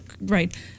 Right